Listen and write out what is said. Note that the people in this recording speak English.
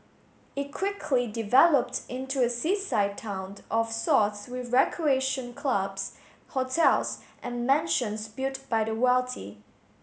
it quickly developed into a seaside town of sorts with recreation clubs hotels and mansions built by the wealthy